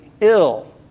ill